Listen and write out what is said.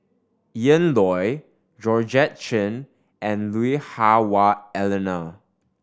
Ian Loy Georgette Chen and Lui Hah Wah Elena